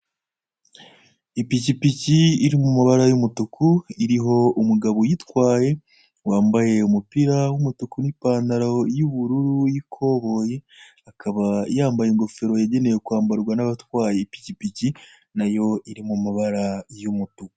Ipikipiki iri mu mabara y'umutuku iriho umugabo uyitwaye, wambaye umupira w'umutuku n'ipantaro y'ubururu y'ikoboyi, akaba yambaye ingofero yagenewe kwambarwa n'abatwaye ipikipiki, na yo iri mu mabara y'umutuku.